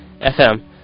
FM